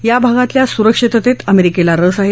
या भागातल्या सुरक्षिततेत अमेरिकेला रस आहे